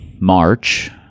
march